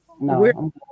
no